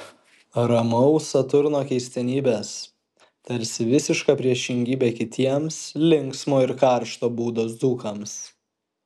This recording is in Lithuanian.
ramaus saturno keistenybės tarsi visiška priešingybė kitiems linksmo ir karšto būdo dzūkams